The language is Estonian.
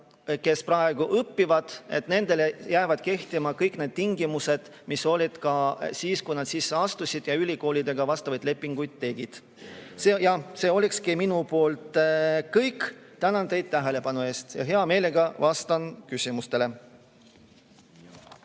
kes praegu õpivad. Nendele jäävad kehtima kõik need tingimused, mis olid siis, kui nad sisse astusid ja ülikoolidega vastavaid lepinguid tegid. See olekski minu poolt kõik. Tänan teid tähelepanu eest. Hea meelega vastan küsimustele.